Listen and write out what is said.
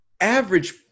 average